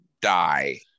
die